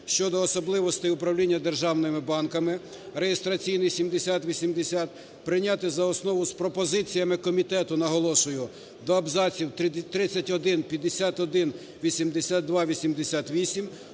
щодо особливостей управління державними банками (реєстраційний 7080) прийняти за основу з пропозиціями комітету, наголошую, до абзаців 31, 51, 82, 88